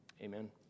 amen